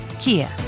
Kia